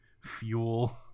fuel